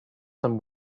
some